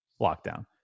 lockdown